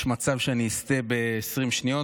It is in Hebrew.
יש מצב שאני אסטה ב-20 שניות,